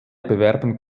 bewerben